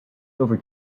over